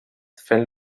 fent